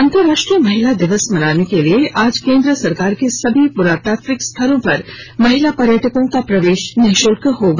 अंतरराष्ट्रीय महिला दिवस मनाने के लिए आज केन्द्र सरकार के सभी पुरातात्विक स्थलों पर महिला पर्यटकों का प्रवेश निश्ल्क होगा